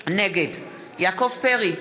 נגד יעקב פרי,